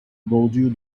bordure